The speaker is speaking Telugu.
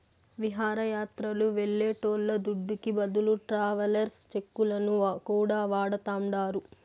విహారయాత్రలు వెళ్లేటోళ్ల దుడ్డుకి బదులు ట్రావెలర్స్ చెక్కులను కూడా వాడతాండారు